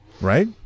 Right